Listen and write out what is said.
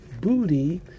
booty